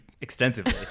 extensively